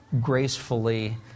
gracefully